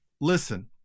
listen